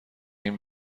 این